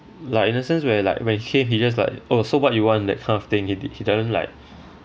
like in the sense where like when he came he just like oh so what you want that kind of thing he did he doesn't like